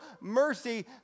mercy